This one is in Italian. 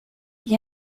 gli